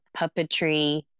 puppetry